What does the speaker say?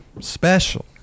special